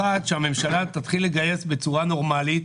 אחת, שהממשלה תתחיל לגייס בצורה נורמלית